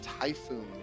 Typhoon